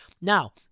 Now